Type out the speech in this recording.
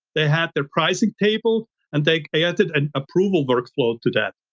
they had their pricing table and they created an approval workflow to that.